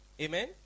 Amen